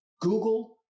Google